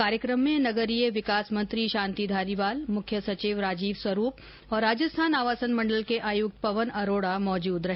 कार्यकम में नगरीय विकास मंत्री शांति धारीवाल मुख्य सचिव राजीव स्वरूप और राजस्थान आवासन मंडल के आयुक्त पवन अरोड़ा मौजूद रहे